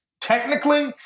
technically